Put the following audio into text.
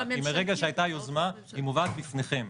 מרגע שהייתה יוזמה, היא מובאת בפניכם.